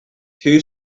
two